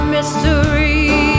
Mystery